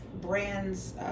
brand's